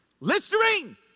Listerine